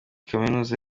kaminuza